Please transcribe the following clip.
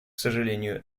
сожалению